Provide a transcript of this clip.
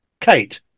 kate